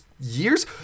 years